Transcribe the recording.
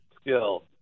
skill